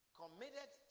committed